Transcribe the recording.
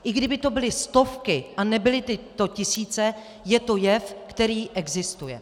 I kdyby to byly stovky a nebyly to tisíce, je to jev, který existuje.